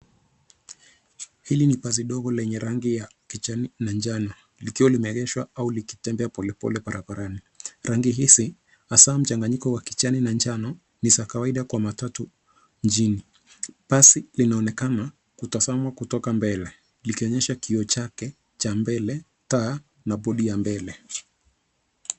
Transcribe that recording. Hili ni basi ndogo lenye rangi ya kijani na njano likiwa limeegeshwa au likitembea polepole barabarani. Rangi hizi, hasa mchanganyiko wa kijani na njano, ni za kawaida kwa matatu mjini. Basi linaonekana kutazamwa kutoka mbele likionyesha kioo chake cha mbele, taa na bodi ya mbele.